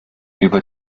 über